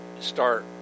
start